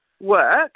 work